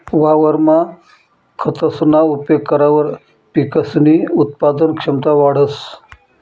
वावरमा खतसना उपेग करावर पिकसनी उत्पादन क्षमता वाढंस